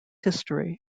history